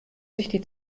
sich